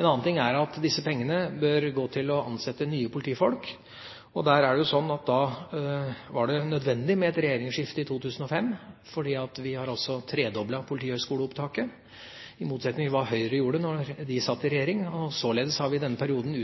en annen ting er at disse pengene bør gå til å ansette nye politifolk. Da var det nødvendig med et regjeringsskifte i 2005. For vi har tredoblet politihøgskoleopptaket, i motsetning til hva Høyre gjorde da de satt i regjering. Således har vi i denne perioden